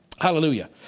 Hallelujah